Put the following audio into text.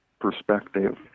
perspective